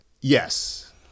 Yes